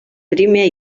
primer